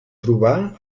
trobar